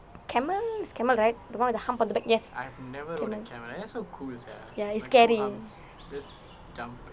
camel it's camel right the [one] with the hump on the back yes ya it's scary